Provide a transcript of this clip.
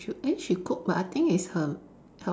Li Choo eh she cook but I think it's her